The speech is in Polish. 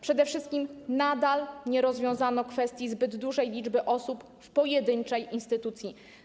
Przede wszystkim nadal nie rozwiązano kwestii zbyt dużej liczby osób w pojedynczej instytucji.